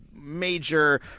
major